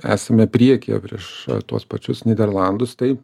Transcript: esame priekyje prieš tuos pačius nyderlandus tai